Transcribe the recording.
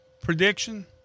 prediction